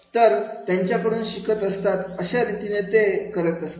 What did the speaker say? तर त्यांच्याकडून शिकत असतात अशा रीतीने ते करत असतात